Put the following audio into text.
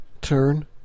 turn